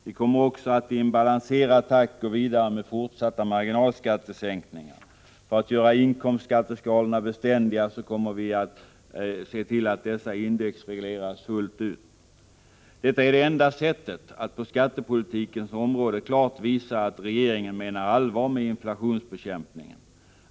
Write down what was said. Vi kommer också att i en balanserad takt gå vidare med fortsatta marginalskattesänkningar. För att göra inkomstskatteskalorna beständiga kommer vi att se till att dessa indexregleras fullt ut. Detta är det enda sättet att på skattepolitikens område klart visa att regeringen menar allvar med inflationsbekämpningen.